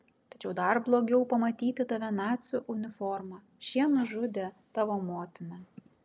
tačiau dar blogiau pamatyti tave nacių uniforma šie nužudė tavo motiną